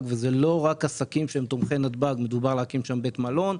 וזה לא רק עסקים שהם תומכי נתב"ג אלא מדובר על הקמת בית מלון,